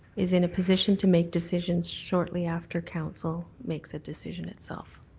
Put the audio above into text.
is in a position to make decisions shortly after council makes a decision itself.